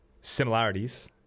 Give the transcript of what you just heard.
similarities